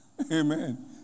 Amen